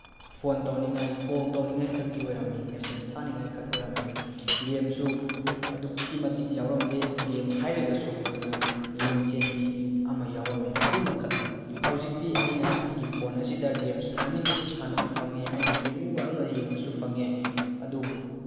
phone ꯇꯧꯅꯤꯡꯉꯥꯏ call ꯇꯧꯅꯤꯡꯉꯥꯏ ꯈꯛꯀꯤ ꯑꯣꯏꯔꯝꯃꯤ ꯃꯦꯁꯦꯖ ꯊꯥꯅꯤꯡꯉꯥꯏ ꯈꯛ ꯑꯣꯏꯔꯝꯃꯤ ꯒꯦꯝꯁꯨ ꯑꯗꯨꯛꯀꯤ ꯃꯇꯤꯛ ꯌꯥꯎꯔꯝꯗꯦ ꯒꯦꯝ ꯍꯥꯏꯔꯒꯁꯨ ꯑꯩꯈꯣꯏꯅ ꯂꯤꯟ ꯆꯦꯟꯕꯤ ꯑꯃ ꯌꯥꯎꯔꯝꯃꯤ ꯑꯗꯨ ꯑꯃꯈꯛꯅꯤ ꯍꯧꯖꯤꯛꯇꯤ ꯑꯩꯅ ꯑꯩꯒꯤ ꯐꯣꯟ ꯑꯁꯤꯗ ꯒꯦꯝ ꯁꯥꯟꯅꯅꯤꯡꯕꯁꯨ ꯁꯥꯟꯅꯕ ꯐꯪꯉꯤ ꯑꯩꯅ ꯌꯦꯡꯅꯤꯡꯕ ꯑꯃ ꯌꯦꯡꯕꯁꯨ ꯐꯪꯉꯤ ꯑꯗꯨꯕꯨ